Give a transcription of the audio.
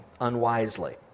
unwisely